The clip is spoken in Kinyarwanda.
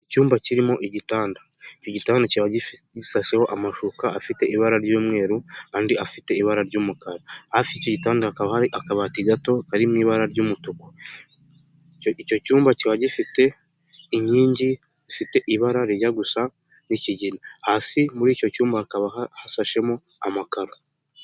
Icyumba kirimo igitanda. Icyo gitanda cyaba gisasheho amashuka afite ibara ry'umweru andi afite ibara ry'umukara. Hafi yicyo gitanda hakaba hari akabati gato kari mu ibara ry'umutuku. Icyo cyumba kikaba gifite inkingi zifite ibara rijya gusa n'ikigina. Hasi muri icyo cyumba hakaba hasashemo amakaro.